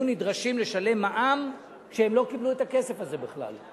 נדרשו לשלם מע"מ כשהם לא קיבלו את הכסף הזה בכלל.